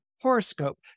horoscope